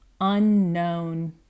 unknown